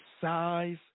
size